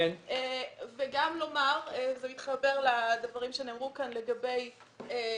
להתחבר לדברים שנאמרו כאן לגבי משפיעים.